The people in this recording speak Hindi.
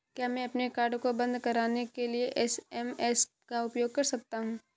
क्या मैं अपने कार्ड को बंद कराने के लिए एस.एम.एस का उपयोग कर सकता हूँ?